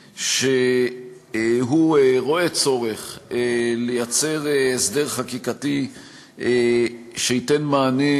שהוא רואה צורך לייצר הסדר חקיקתי שייתן מענה